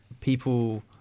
people